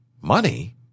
Money